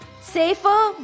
safer